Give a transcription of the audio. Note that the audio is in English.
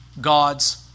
God's